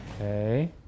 Okay